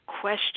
question